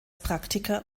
praktiker